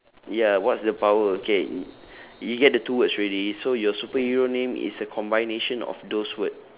ya what's the power okay y~ you get the two words already so your superhero name is a combination of those word